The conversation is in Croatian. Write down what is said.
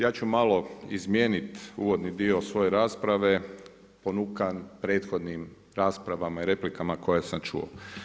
Ja ću malo izmijeniti uvodni dio svoje rasprave ponukan prethodnim rasprava i replikama koje sam čuo.